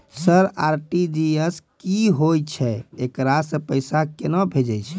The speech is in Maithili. सर आर.टी.जी.एस की होय छै, एकरा से पैसा केना भेजै छै?